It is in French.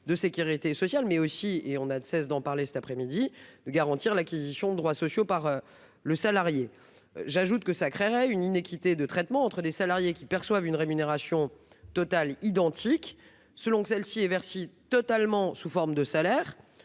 de sécurité sociale, mais aussi- nous ne cessons d'en parler cet après-midi -pour garantir l'acquisition de droits sociaux par le salarié. De surcroît, une telle exonération créerait une iniquité de traitement entre des salariés qui perçoivent une rémunération totale identique selon que celle-ci est versée intégralement sous forme de salaire